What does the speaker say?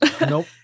Nope